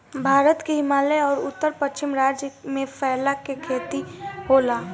भारत के हिमालय अउर उत्तर पश्चिम राज्य में फैला के खेती होला